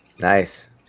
Nice